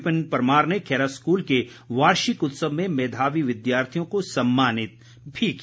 विपिन परमार ने खैरा स्कूल के वार्षिक उत्सव में मेधावी विद्यार्थियों को सम्मानित भी किया